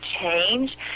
change